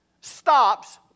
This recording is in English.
stops